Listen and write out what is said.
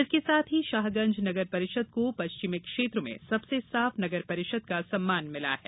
इसके साथ ही शाहगंज नगर परिषद को पश्चिमी क्षेत्र में सबसे साफ नगर परिषद का सम्मान मिला है